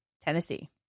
Tennessee